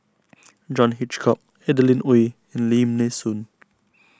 John Hitchcock Adeline Ooi and Lim Nee Soon